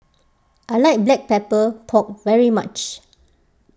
I like Black Pepper Pork very much